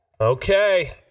Okay